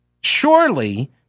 Surely